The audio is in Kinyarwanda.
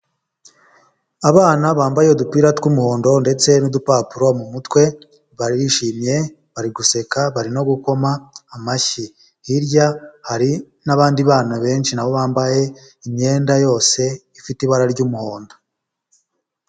Abana bambaye udupira tw'umuhondo ndetse n'udupapuro mu mutwe barishimye, bari guseka, barimo gukoma amashyi, hirya hari n'abandi bana benshi nabo bambaye imyenda yose ifite ibara ry'umuhondo.